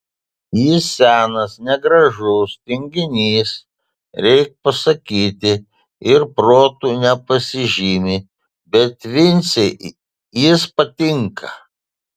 jis senas negražus tinginys reik pasakyti ir protu nepasižymi bet vincei jis patinka